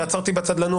ועצרתי בצד לנוח,